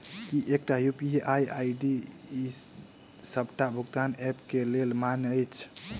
की एकटा UPI ID D सबटा भुगतान ऐप केँ लेल मान्य अछि?